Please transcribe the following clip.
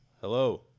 Hello